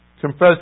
confess